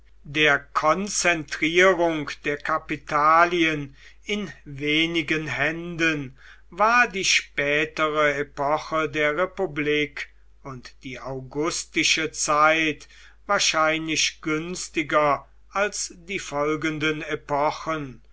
der konzentrierung der kapitalien in wenigen händen war die spätere epoche der republik und die augustische zeit wahrscheinlich günstiger als die folgenden epochen